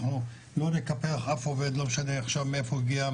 אנחנו לא נקפח אף עובד לא משנה עכשיו מאיפה הוא הגיע,